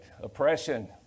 oppression